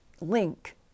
link